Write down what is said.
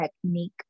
technique